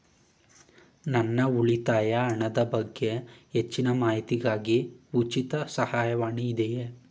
ನನ್ನ ಉಳಿತಾಯ ಹಣದ ಬಗ್ಗೆ ಹೆಚ್ಚಿನ ಮಾಹಿತಿಗಾಗಿ ಉಚಿತ ಸಹಾಯವಾಣಿ ಇದೆಯೇ?